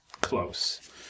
close